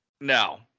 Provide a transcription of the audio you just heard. No